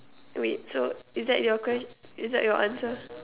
wait so is that your que~ is that your answer